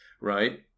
right